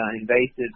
invasive